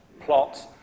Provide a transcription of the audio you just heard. plot